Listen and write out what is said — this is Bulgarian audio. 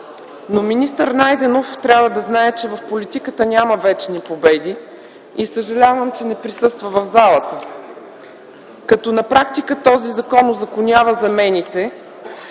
но министър Найденов трябва да знае, че в политиката няма вечни победи. Съжалявам, че не присъства в залата. На практика този закон узаконява замените,